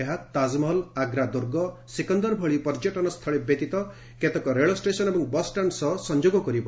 ଏହା ତାକମହଲ୍ ଆଗ୍ରା ଦୁର୍ଗ ସିକନ୍ଦର ଭଳି ପର୍ଯ୍ୟଟନ ସ୍ଥଳୀ ବ୍ୟତୀତ କେତେକ ରେଳ ଷ୍ଟେସନ୍ ଏବଂ ବସ୍ଷ୍ଟାଣ୍ଡ୍ ସହ ସଂଯୋଗ କରିବ